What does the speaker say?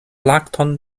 lakton